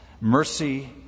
mercy